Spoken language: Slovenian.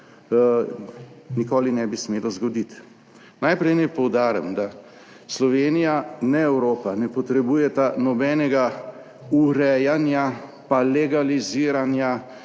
nikoli ne bi smelo zgoditi. Najprej naj poudarim, da Slovenija ne Evropa ne potrebujeta nobenega urejanja pa legaliziranja